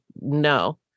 no